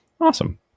Awesome